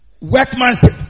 workmanship